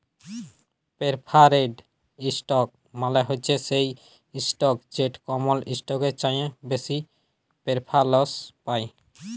perforated ইসটক মালে হছে সেই ইসটক যেট কমল ইসটকের চাঁঁয়ে বেশি পেরফারেলস পায়